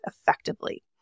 effectively